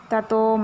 Tato